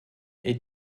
est